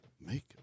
Make